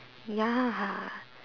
ya